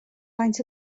faint